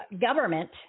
government